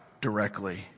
directly